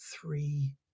three